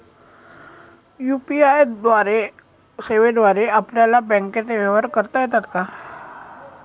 UPI सेवेद्वारे आपल्याला बँकचे व्यवहार करता येतात का?